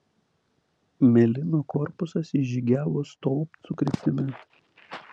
melino korpusas išžygiavo stolpcų kryptimi